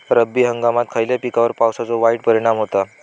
रब्बी हंगामात खयल्या पिकार पावसाचो वाईट परिणाम होता?